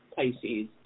Pisces